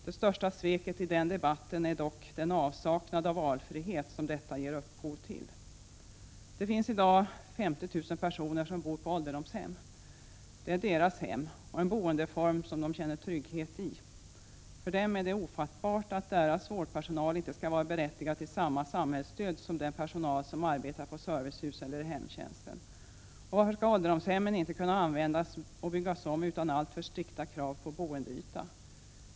Det största sveket i den debatten är dock avsaknaden av valfrihet. hem och är en boendeform som de känner trygghet i. För dem är det ofattbart att deras vårdpersonal inte skall vara berättigad till samma samhällsstöd som den personal som arbetar på servicehus eller i hemtjänsten. Och varför skall ålderdomshemmen inte kunna användas och byggas om utan alltför strikta krav på boendeyta?